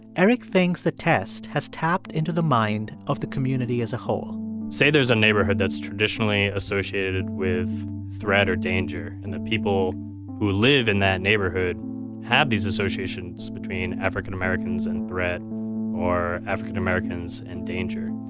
eric thinks the test has tapped into the mind of the community as a whole say there's a neighborhood that's traditionally associated with threat or danger, and the people who live in that neighborhood have these associations between african-americans and threat or african-americans and danger.